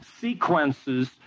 sequences